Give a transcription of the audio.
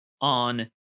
on